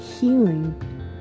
Healing